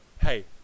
Hey